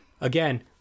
Again